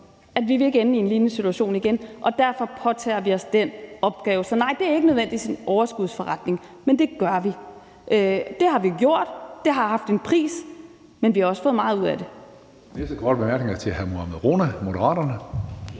at vi ikke vil ende i en lignende situation igen, og derfor påtager vi os den opgave. Så nej, det er ikke nødvendigvis en overskudsforretning, men det gør vi. Det har vi gjort, det har haft en pris, men vi har også fået meget ud af det.